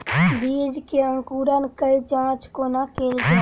बीज केँ अंकुरण केँ जाँच कोना केल जाइ?